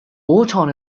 orton